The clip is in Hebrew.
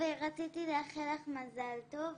רציתי לאחל לך מזל טוב,